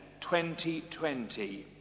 2020